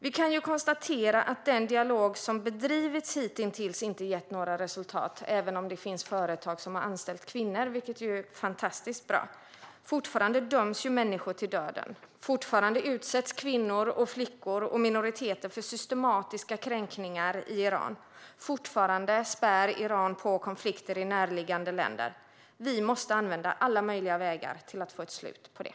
Vi kan konstatera att den dialog som hittills har förts inte har gett några resultat, även om det finns företag som har anställt kvinnor, vilket är fantastiskt bra. Fortfarande döms människor till döden. Fortfarande utsätts kvinnor, flickor och minoriteter för systematiska kränkningar i Iran. Fortfarande spär Iran på konflikter i närliggande länder. Vi måste använda alla vägar som är möjliga för att få ett slut på det.